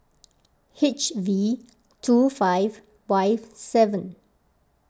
H V two five Y seven